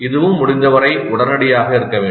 இதுவும் முடிந்தவரை உடனடியாக இருக்க வேண்டும்